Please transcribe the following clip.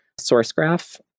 SourceGraph